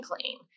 clean